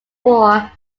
war